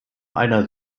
einer